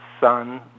son